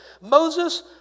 Moses